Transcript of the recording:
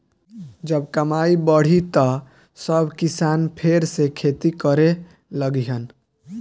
जब कमाई बढ़ी त सब किसान फेर से खेती करे लगिहन